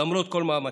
למרות כל מאמציי.